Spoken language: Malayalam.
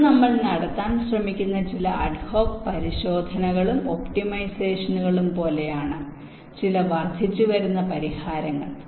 ഇവ നമ്മൾ നടത്താൻ ശ്രമിക്കുന്ന ചില അഡ്ഹോക്ക് പരിശോധനകളും ഒപ്റ്റിമൈസേഷനുകളും പോലെയാണ് ചില വർദ്ധിച്ചുവരുന്ന പരിഹാരങ്ങൾ